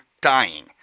dying